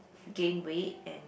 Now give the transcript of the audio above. gain weight and